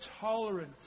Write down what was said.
tolerant